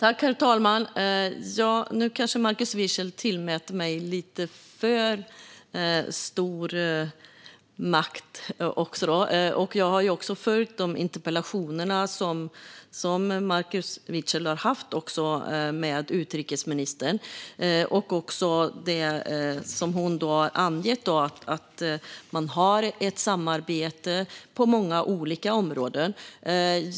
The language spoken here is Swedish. Herr talman! Nu kanske Markus Wiechel tillmäter mig lite för stor makt. Jag har ju följt de interpellationer som Markus Wiechel har haft med utrikesministern och det som hon har angett om att man har ett samarbete på många olika områden.